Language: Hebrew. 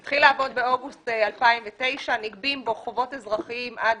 המסלול המקוצר התחיל לעבוד באוגוסט 2009. נגבים בו חובות אזרחיים עד